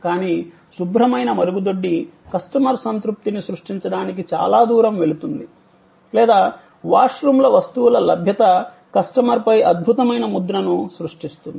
కానీ శుభ్రమైన మరుగుదొడ్డి కస్టమర్ సంతృప్తిని సృష్టించడానికి చాలా దూరం వెళుతుంది లేదా వాష్రూమ్ల వస్తువుల లభ్యత కస్టమర్ ఫై అద్భుతమైన ముద్రను సృష్టిస్తుంది